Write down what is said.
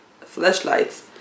flashlights